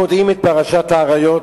אנחנו יודעים את פרשת העריות,